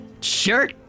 Sure